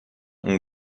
اون